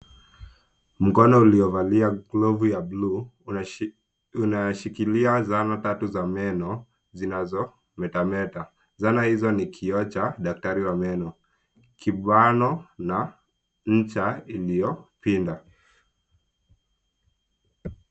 Mkono ulio valia glavu ya bluu unashikilia zana tatu za meno zinazometameta zana hizo ni kioo cha daktari wa meno kibano na ncha iliyopinda.